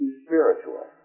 spiritual